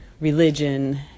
religion